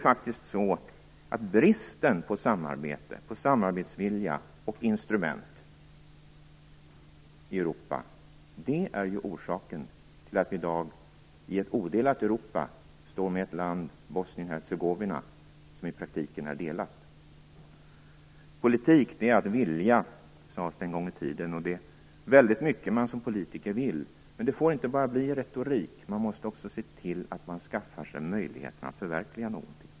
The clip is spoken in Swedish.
Det är bristen på samarbete, samarbetsvilja och instrument i Europa som är orsaken till att vi i dag i ett odelat Europa står med ett land, Bosnien-Hercegovina, som i praktiken är delat. "Politik är att vilja", sades det en gång i tiden. Det är väldigt mycket som man vill som politiker, men det får inte bara bli retorik, utan man måste också se till att skaffa sig möjligheten att förverkliga någonting.